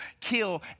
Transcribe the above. kill